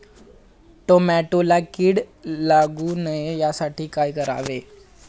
टोमॅटोला कीड लागू नये यासाठी काय करावे?